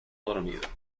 dormido